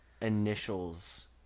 initials